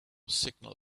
signal